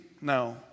now